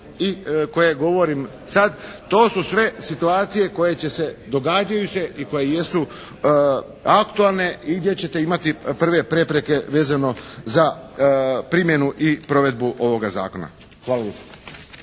i koje govorim sad. To su sve situacije koje će se, događaju se i koje jesu aktualne i gdje ćete imati prve prepreke vezano za primjenu i provedbu ovoga Zakona. Hvala